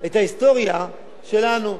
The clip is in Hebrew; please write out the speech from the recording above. את ההיסטוריה שלנו.